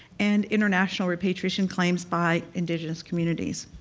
and international repatriation claims by indigenous communities.